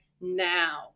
now